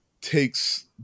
takes